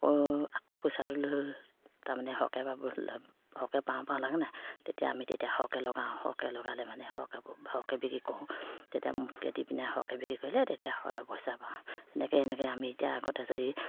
আকৌ আকৌ পইচাটো তাৰমানে হকে বা সৰহকৈ পাওঁ পাওঁ লাগে নাই তেতিয়া আমি তেতিয়া সৰহকৈ লগাওঁ সৰহকৈ লগালে মানে সৰহকৈ সৰহকৈ বিক্ৰী কৰোঁ তেতিয়া মুঠকৈ বিকি পিনে সৰহকৈ বিক্ৰী কৰিলে তেতিয়া পইচা পাওঁ এনেকৈ এনেকৈ আমি এতিয়া আগতে যদি